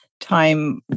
time